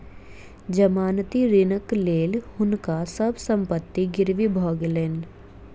जमानती ऋणक लेल हुनका सभ संपत्ति गिरवी भ गेलैन